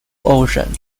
ocean